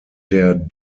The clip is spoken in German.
der